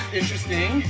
interesting